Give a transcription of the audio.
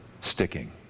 sticking